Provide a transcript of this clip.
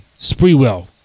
Spreewell